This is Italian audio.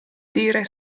dire